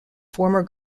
former